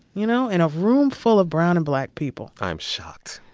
you know, in a room full of brown and black people i am shocked